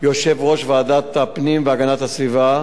יושב-ראש ועדת הפנים והגנת הסביבה,